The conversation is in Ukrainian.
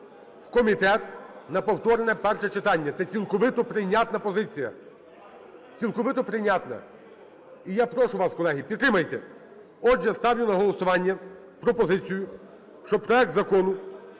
в комітет на повторне перше читання. Це цілковито прийнятна позиція, цілковито прийнятна. І я прошу вас, колеги, підтримайте. Отже, ставлю на голосування пропозицію, щоб проект Закону